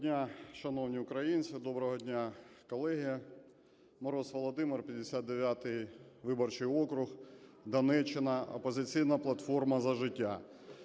Доброго дня, шановні українці, доброго дня, колеги! Мороз Володимир, 59 виборчий округ, Донеччина, "Опозиційна платформа – За життя".